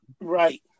Right